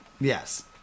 Yes